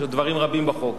יש עוד דברים רבים בחוק.